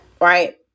right